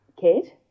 kid